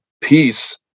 Peace